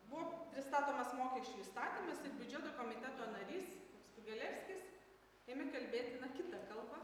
buvo pristatomas mokesčio įstatymas ir biudžeto komiteto narys kubilevskis ėmė kalbėti na kita kalba